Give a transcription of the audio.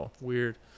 Weird